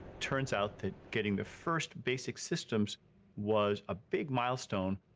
turns out that getting the first basic systems was a big milestone,